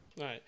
Right